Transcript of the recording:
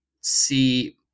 see